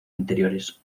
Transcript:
anteriores